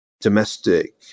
domestic